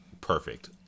perfect